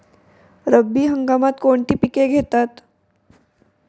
रब्बी हंगामात कोणती पिके घेतात?